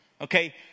okay